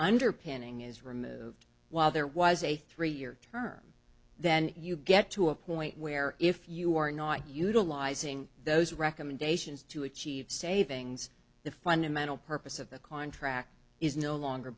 underpinning is removed while there was a three year term then you get to a point where if you are not utilizing those recommendations to achieve savings the fundamental purpose of the contract is no longer